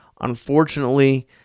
Unfortunately